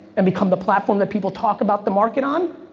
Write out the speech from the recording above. and become the platform that people talk about the market on.